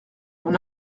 mon